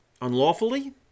unlawfully